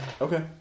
Okay